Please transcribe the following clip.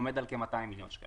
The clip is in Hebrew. עומד על כ-200 מיליון שקלים.